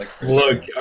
Look